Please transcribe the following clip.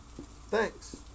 thanks